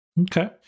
Okay